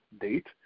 date